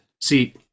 see